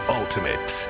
ultimate